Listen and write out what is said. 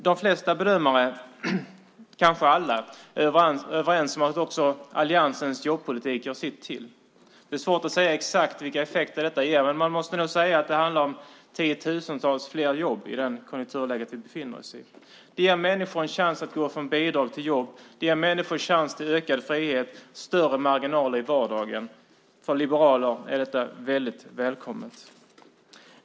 De flesta bedömare, kanske alla, är överens om att alliansens jobbpolitik också gör sitt till. Det är svårt att säga exakt vilka effekter detta ger, men man måste nog säga att det handlar om tiotusentals fler jobb i det konjunkturläge vi befinner oss i. Det ger människor en chans att gå från bidrag till jobb, till ökad frihet och större marginaler i vardagen. För liberaler är detta mycket välkommet.